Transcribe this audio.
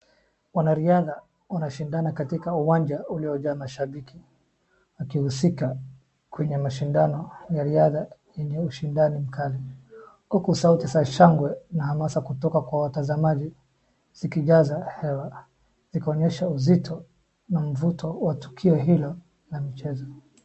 Wanariadha wanashindana katika uwanja uliojaa mashabiki wakihusika kwenye mashindano ya riadha yenye ushindani mkali huku sauti za shangwe na hamasa kutoka kwa watazamaji zikijaza hewa ikionyesha uzito na mvuto wa tukio hilo ya mchezo.